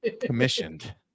commissioned